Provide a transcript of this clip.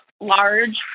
large